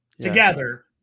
together